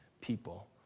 people